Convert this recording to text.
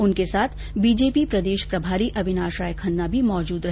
उनके साथ बीर्जेपी प्रदेश प्रभारी अविनाश राय खेन्ना भी मौजूद रहे